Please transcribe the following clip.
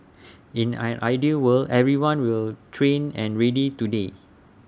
in an ideal world everyone will trained and ready today